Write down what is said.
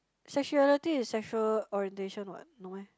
sexuality is sexual orientation what no meh